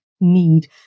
need